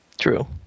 true